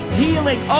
healing